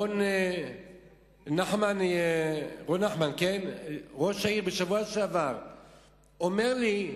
רון נחמן, ראש העיר, בשבוע שעבר אמר לי: